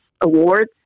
awards